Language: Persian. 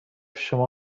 شما